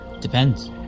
Depends